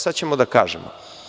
Sada ćemo da kažemo.